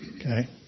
Okay